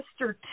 Mr